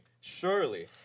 Surely